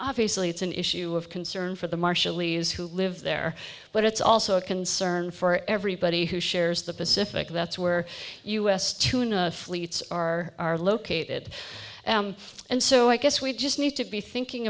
obviously it's an issue of concern for the marshallese who live there but it's also a concern for everybody who shares the pacific that's where u s tuna fleets are are located and so i guess we just need to be thinking